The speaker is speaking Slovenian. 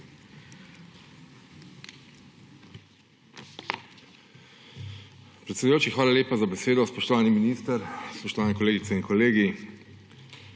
Predsedujoči, hvala lepa za besedo. Spoštovani minister, spoštovane kolegice in kolegi!